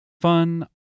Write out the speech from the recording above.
fun